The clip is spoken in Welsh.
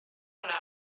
hwnna